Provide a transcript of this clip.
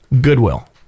Goodwill